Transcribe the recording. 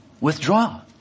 Withdraw